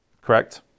Correct